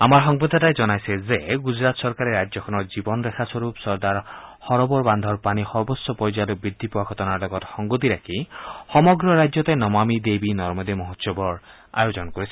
আমাৰ সংবাদদাতাই জনাইছে যে গুজৰাট চৰকাৰে ৰাজ্যখনৰ জীৱন ৰেখা স্বৰূপ চৰ্দাৰ সৰোবৰ বান্ধৰ পানী সৰ্বোচ্চ পৰ্যায়লৈ বৃদ্ধি পোৱা ঘটনাৰ লগত সংগতি ৰাখি সমগ্ৰ ৰাজ্যতে নমামি দেৱী নৰ্মেদে মহোৎসৱৰ আয়োজন কৰিছে